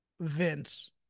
Vince